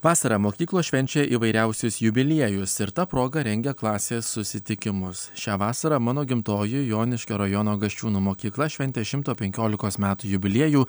vasarą mokyklos švenčia įvairiausius jubiliejus ir ta proga rengia klasės susitikimus šią vasarą mano gimtoji joniškio rajono gasčiūno mokykla šventė šimto penkiolikos metų jubiliejų